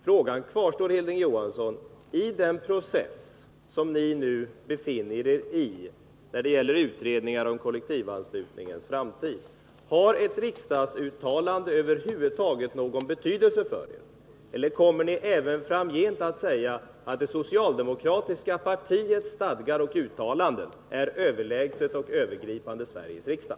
Frågan kvarstår, Hilding Johansson: Har ett riksdagsuttalande — i den process som ni nu befinner er i när det gäller utredningar om kollektivanslutningens framtid — över huvud taget någon betydelse för er eller kommer ni även framgent att säga att det socialdemokratiska partiets stadgar och uttalanden är överlägsna uttalanden av Sveriges riksdag?